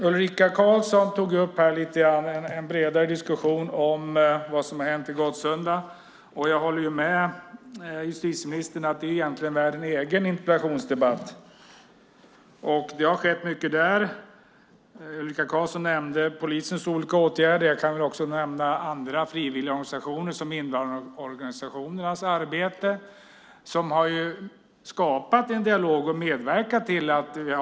Ulrika Karlsson tog upp en lite bredare diskussion om vad som har hänt i Gottsunda, och jag håller med justitieministern om att det egentligen är värt en egen interpellationsdebatt. Det har skett mycket där. Ulrika Karlsson nämnde polisens olika åtgärder, och jag kan nämna frivilligorganisationernas och invandrarorganisationernas arbete som har skapat en dialog och medverkat till en positiv utveckling.